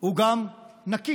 הוא גם נקי.